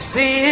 See